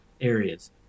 areas